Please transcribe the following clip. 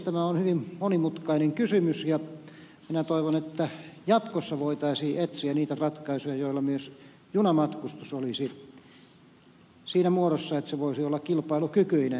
tämä on hyvin monimutkainen kysymys ja minä toivon että jatkossa voitaisiin etsiä niitä ratkaisuja joilla myös junamatkustus olisi siinä muodossa että se voisi olla kilpailukykyinen